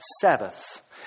Sabbath